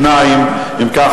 2. אם כך,